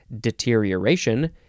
Deterioration